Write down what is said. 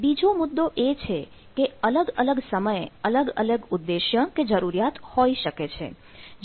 બીજો મુદ્દો એ છે કે અલગ અલગ સમયે અલગ અલગ ઉદ્દેશ્ય કે જરૂરીયાત હોઈ શકે છે